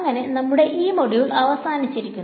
അങ്ങനെ നമ്മുടെ ഈ മൊഡ്യുൾ അവസാനിച്ചിരിക്കുന്നു